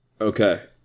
okay